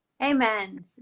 Amen